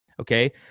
Okay